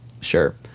Sure